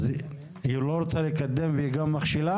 אז היא לא רוצה לקדם וגם מכשילה?